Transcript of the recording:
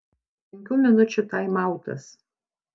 penkių minučių taimautas